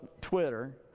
Twitter